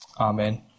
Amen